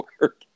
work